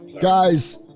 guys